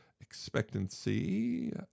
Expectancy